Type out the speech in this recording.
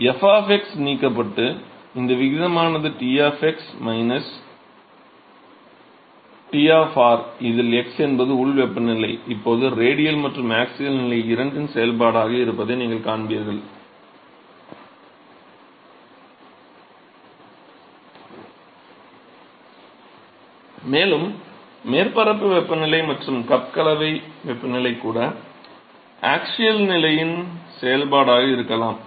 f நீக்கப்பட்டு இந்த விகிதமானது Ts T இதில் x என்பது உள் வெப்பநிலை இப்போது ரேடியல் மற்றும் ஆக்ஸியல் நிலை இரண்டின் செயல்பாடாக இருப்பதை நீங்கள் காண்பீர்கள் மேலும் மேற்பரப்பு வெப்பநிலை மற்றும் கப் கலவை வெப்பநிலை கூட ஆக்ஸியல் நிலையின் செயல்பாடாக இருக்கலாம்